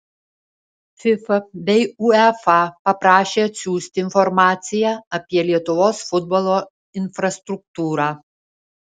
fifa bei uefa paprašė atsiųsti informaciją apie lietuvos futbolo infrastruktūrą